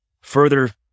further